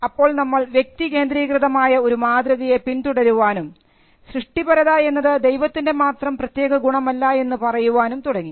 അപ്പോൾ നമ്മൾ വ്യക്തി കേന്ദ്രീകൃതമായ ഒരു മാതൃകയെ പിന്തുടരുവാനും സൃഷ്ടിപരത എന്നത് ദൈവത്തിൻറെ മാത്രം പ്രത്യേക ഗുണമല്ല എന്ന് പറയുവാനും തുടങ്ങി